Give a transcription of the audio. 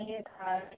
یہ